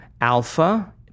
Alpha